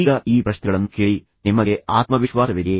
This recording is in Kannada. ಈಗ ಈ ಪ್ರಶ್ನೆಗಳನ್ನು ಕೇಳಿ ನಿಮಗೆ ಆತ್ಮವಿಶ್ವಾಸವಿದೆಯೇ